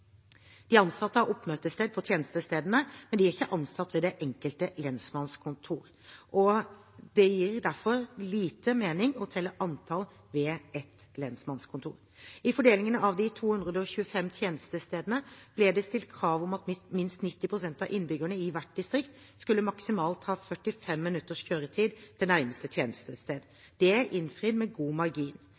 De ansatte har oppmøtested på tjenestestedene, men de er ikke ansatt ved det enkelte lensmannskontor. Det gir derfor lite mening å telle antall ved ett lensmannskontor. I fordelingen av de 225 tjenestestedene ble det stilt krav om at minst 90 pst. av innbyggerne i hvert distrikt maksimalt skulle ha 45 minutters kjøretid til nærmeste tjenestested. Det er innfridd med god margin.